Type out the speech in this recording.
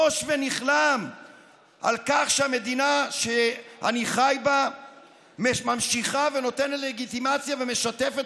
בוש ונכלם מכך שהמדינה שאני חי בה ממשיכה ונותנת לגיטימציה ומשתפת